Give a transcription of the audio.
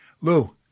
Lou